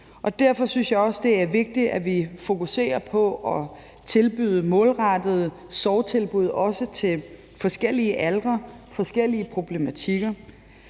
Derfor synes jeg også, at det er vigtigt, at vi fokuserer på at tilbyde målrettede sorgtilbud, også til forskellige aldre og forskellige